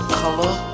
color